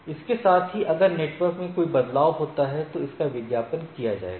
इसके साथ ही अगर नेटवर्क में कोई बदलाव होता है तो उसका विज्ञापन किया जाएगा